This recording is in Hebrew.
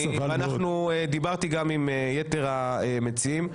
דיברתי גם עם יתר המציעים,